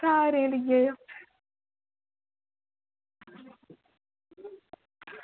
सारें ई लेई आएओ